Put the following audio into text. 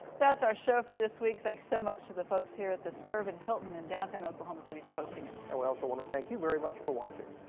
that's our show for this week. thanks so much to the folks here at the skirvin hilton in downtown oklahoma city for hosting us. and we also want to thank you very much for watching.